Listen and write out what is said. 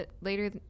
later